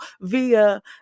via